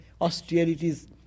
austerities